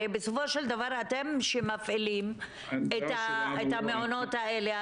הרי בסופו של דבר אתם שמפעילים את המעונות האלה.